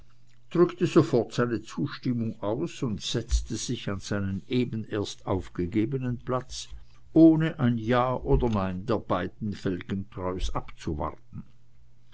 drückte sofort seine zustimmung aus und setzte sich an seinen eben erst aufgegebenen platz ohne ein ja oder nein der beiden felgentreus abzuwarten